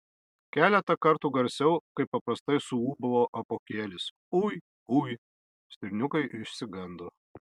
keletą kartų garsiau kaip paprastai suūbavo apuokėlis ui ui stirniukai išsigando